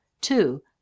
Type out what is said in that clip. two